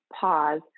pause